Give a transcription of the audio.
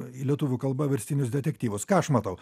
į lietuvių kalbą verstinius detektyvus ką aš matau